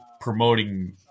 promoting